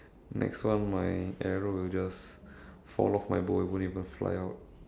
next one my arrow will just fall off my bow it won't even fly out